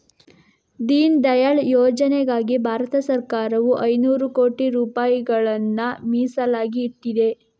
ದೀನ್ ದಯಾಳ್ ಯೋಜನೆಗಾಗಿ ಭಾರತ ಸರಕಾರವು ಐನೂರು ಕೋಟಿ ರೂಪಾಯಿಗಳನ್ನ ಮೀಸಲಾಗಿ ಇಟ್ಟಿದೆ